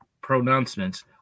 pronouncements